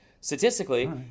statistically